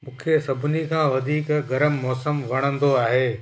मूंखे सभिनी खां वधीक गरम मौसम वणंदो आहे